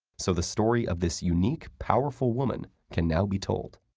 so the story of this unique powerful woman can now be told.